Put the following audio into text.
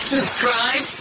Subscribe